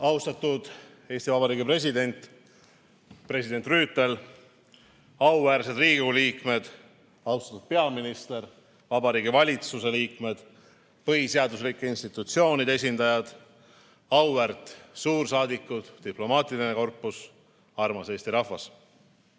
Austatud Eesti Vabariigi president, president Rüütel, auväärsed Riigikogu liikmed, austatud peaminister, Vabariigi Valitsuse liikmed, põhiseaduslike institutsioonide esindajad, auväärt suursaadikud, diplomaatiline korpus, armas Eesti